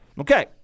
Okay